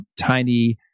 tiny